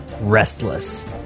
restless